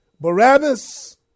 Barabbas